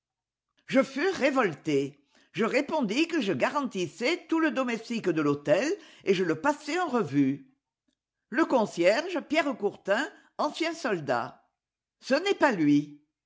je fus révoltée je répondis que je garantissais tout le domestique de l'hôtel et je le passai en revue le concierge pierre courtin ancien soldat ce n'est pas lui